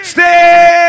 Stay